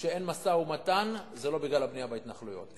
שאין משא-ומתן איננה הבנייה בהתנחלויות.